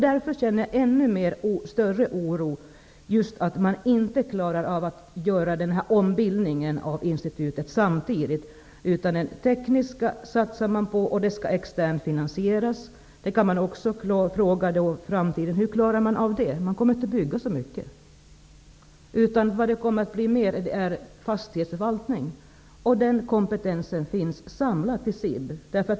Därför känner jag ännu större oro för att man inte klarar av att göra ombildningen av institutet samtidigt. Man satsar på den tekniska delen och den skall externfinansieras. Hur klarar man av det i framtiden? Man kommer inte att bygga så mycket. Vad det kommer att bli mer av är fastighetsförvaltning. Den kompetensen finns samlad i SIB.